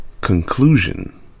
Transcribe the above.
Conclusion